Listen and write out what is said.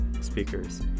speakers